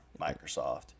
Microsoft